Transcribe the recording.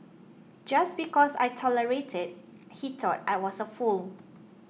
just because I tolerated he thought I was a fool